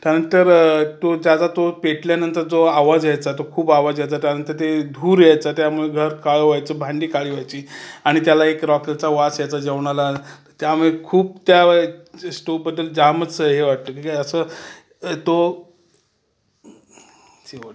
त्यानंतर तो त्याचा तो पेटल्यानंतर जो आवाज यायचा तो खूप आवाज यायचा त्यानंतर ते धूर यायचा त्यामुळे घरात काळं व्हायचं भांडी काळी व्हायची आणि त्याला एक रॉकेलचा वास यायचा जेवणाला त्यामुळे खूप त्या स्टोबद्दल जामच हे वाटतं की असं तो जेवण